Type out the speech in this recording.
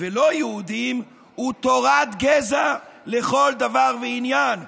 ולא יהודים הוא תורת גזע לכל דבר ועניין",